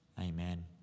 amen